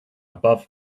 above